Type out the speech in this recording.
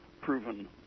proven